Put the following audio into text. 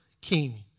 king